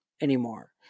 anymore